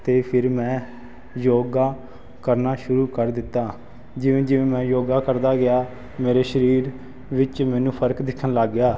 ਅਤੇ ਫਿਰ ਮੈਂ ਯੋਗਾ ਕਰਨਾ ਸ਼ੁਰੂ ਕਰ ਦਿੱਤਾ ਜਿਵੇਂ ਜਿਵੇਂ ਮੈਂ ਯੋਗਾ ਕਰਦਾ ਗਿਆ ਮੇਰੇ ਸਰੀਰ ਵਿੱਚ ਮੈਨੂੰ ਫਰਕ ਦਿਖਣ ਲੱਗ ਗਿਆ